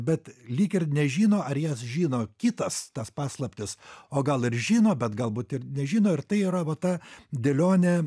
bet lyg ir nežino ar jas žino kitas tas paslaptis o gal ir žino bet galbūt ir nežino ir tai yra va ta dėlionė